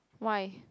why